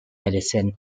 medicine